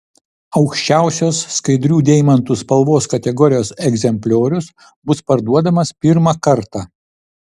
aukščiausios skaidrių deimantų spalvos kategorijos egzempliorius bus parduodamas pirmą kartą